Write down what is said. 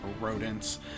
rodents